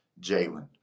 Jalen